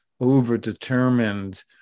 overdetermined